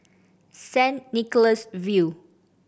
Saint Nicholas View